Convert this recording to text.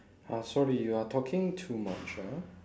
uh sorry you are talking too much ah